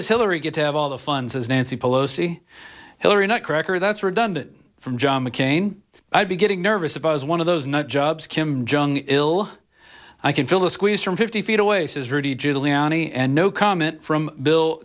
does hillary get to have all the funds as nancy pelosi hillary not cracker that's redundant from john mccain i'd be getting nervous about one of those nut jobs kim jong il i can feel the squeeze from fifty feet away says rudy giuliani and no comment from bill